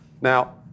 now